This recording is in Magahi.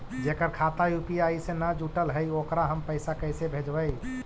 जेकर खाता यु.पी.आई से न जुटल हइ ओकरा हम पैसा कैसे भेजबइ?